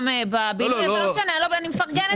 מפרגנת לך.